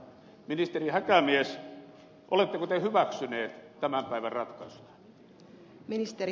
ministeri häkämies oletteko te hyväksynyt tämän päivän ratkaisut